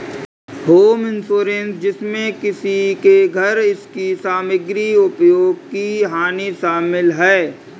home insurance जिसमें किसी के घर इसकी सामग्री उपयोग की हानि शामिल है